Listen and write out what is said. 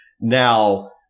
now